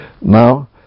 Now